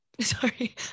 sorry